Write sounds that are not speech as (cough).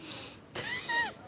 (laughs)